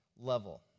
level